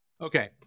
Okay